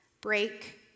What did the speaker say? break